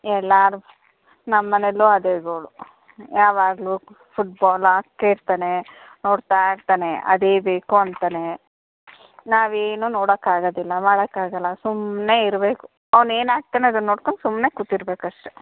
ಎಲ್ಲರೂ ನಮ್ಮ ಮನೆಲೂ ಅದೇ ಗೋಳು ಯಾವಾಗಲೂ ಫುಟ್ಬಾಲ್ ಆಡ್ತಿರ್ತಾನೆ ನೊಡ್ತಾ ಇರ್ತಾನೆ ಅದೇ ಬೇಕು ಅಂತಾನೆ ನಾವೇನೂ ನೋಡೋಕ್ಕಾಗದಿಲ್ಲ ಮಾಡೋಕ್ಕಾಗಲ್ಲ ಸುಮ್ಮನೆ ಇರಬೇಕು ಅವ್ನೇನು ಹಾಕ್ತಾನ್ ಅದನ್ನು ನೋಡ್ಕೊಂಡು ಸುಮ್ಮನೆ ಕೂತಿರ್ಬೇಕು ಅಷ್ಟೇ